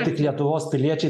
tik lietuvos piliečiai